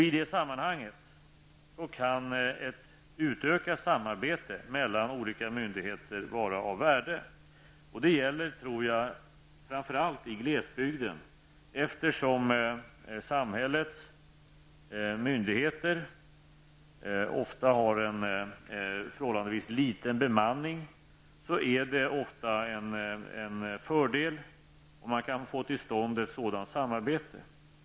I det sammanhanget kan ett utökat samarbete mellan olika myndigheter vara av värde. Det gäller, tror jag, framför allt i glesbygden. Eftersom samhället och myndigheter ofta har en förhållandevis liten bemanning är det ofta en fördel om man kan få till stånd ett samarbete.